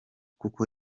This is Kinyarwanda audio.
kuko